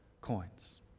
coins